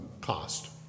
cost